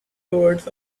towards